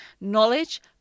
Knowledge